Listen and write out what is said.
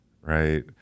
right